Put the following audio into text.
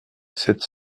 sept